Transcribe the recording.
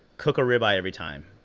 cook a ribeye every time.